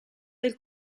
del